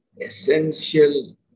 essential